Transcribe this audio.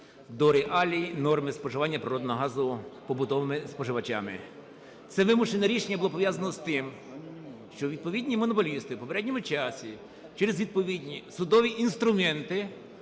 до реалій норми споживання природного газу побутовими споживачами. Це вимушене рішення було пов'язане з тим, що відповідні монополісти у попередньому часі через відповідні судові інструменти